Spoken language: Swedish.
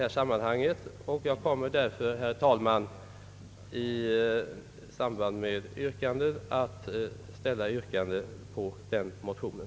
Jag kommer därför, herr talman, att ställa yrkande om bifall till den motionen.